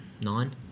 Nine